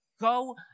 Go